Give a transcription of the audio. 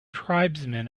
tribesmen